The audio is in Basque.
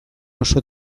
oso